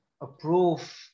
Approve